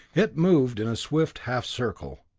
it moved in a swift half circle.